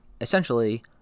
essentially